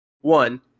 one